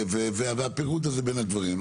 והפירוט הזה בין הדברים.